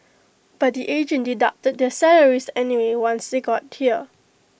but the agent deducted their salaries anyway once they got here